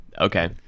Okay